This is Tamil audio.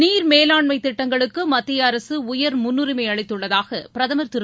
நீர் மேலாண்மை திட்டங்களுக்கு மத்திய அரசு உயர் முன்னுரிமை அளித்துள்ளதாக பிரதமர் திரு